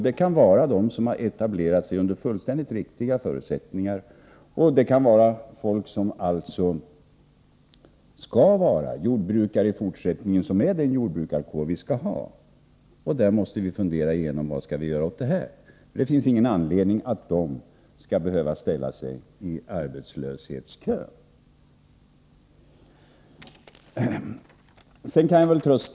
De kan ha etablerat sig under fullständigt riktiga förutsättningar, och det kan gälla personer som bör räknas till den jordbrukarkår som vi vill ha. Vi måste fundera över vad vi skall göra i den situationen. Det finns inget skäl till att dessa personer skall behöva ställa sig i arbetslöshetskön.